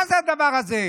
מה זה הדבר הזה?